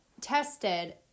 tested